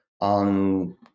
on